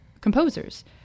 composers